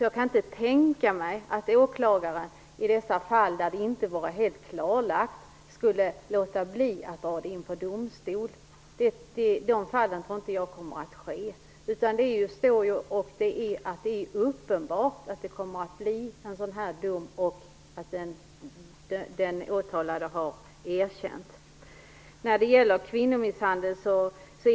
Jag kan inte tänka mig att åklagare skulle låta bli att dra fall som inte är helt klarlagda inför domstol. Det tror jag inte kommer att ske. Det sker bara då den åtalade har erkänt och det är uppenbart att det kommer att bli ett strafföreläggande. Det är samma sak när det gäller kvinnomisshandel.